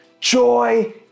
Joy